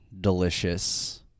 delicious